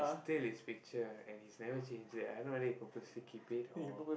steal his picture and he has never changed it I have no idea he purposely keep it or